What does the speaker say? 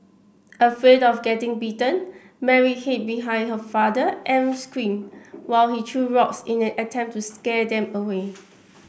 afraid of getting bitten Mary hid behind her father and screamed while he threw rocks in an attempt to scare them away